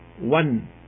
one